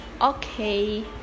Okay